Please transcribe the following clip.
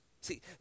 see